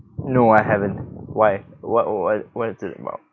no I haven't why what what what's it about